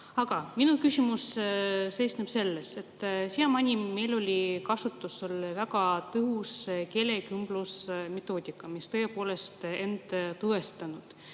Aga minu küsimus seisneb selles, et siiamaani meil oli kasutusel väga tõhus keelekümblusmetoodika, mis tõepoolest on end tõestanud.